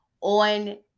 on